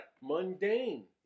mundane